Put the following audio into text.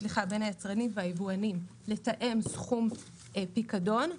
היצרנים והיבואנים לתאם סכום פיקדון.